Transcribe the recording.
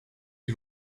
que